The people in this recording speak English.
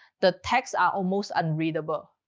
the texts are almost unreadable.